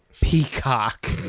Peacock